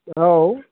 औ